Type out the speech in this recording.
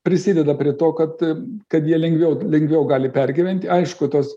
prisideda prie to kad kad jie lengviau lengviau gali pergyventi aišku tos